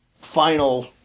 final